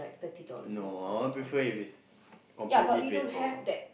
no I want prefer if it's completely paid for